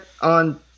on